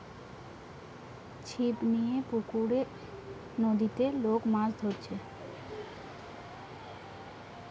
ছিপ লিয়ে পুকুরে, নদীতে লোক মাছ ধরছে